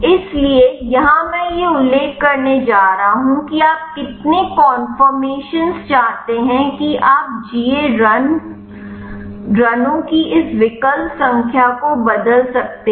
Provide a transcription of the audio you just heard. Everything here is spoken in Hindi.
इसलिए यहां मैं यह उल्लेख करने जा रहा हूं कि आप कितने कन्फर्मेशन्स चाहते हैं कि आप जीए रनों की इस विकल्प संख्या को बदल सकते हैं